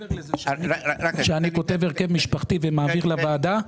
מעבר לזה שאני כותב הרכב משפחתי ומעביר לוועדה,